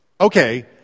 Okay